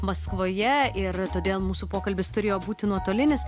maskvoje ir todėl mūsų pokalbis turėjo būti nuotolinis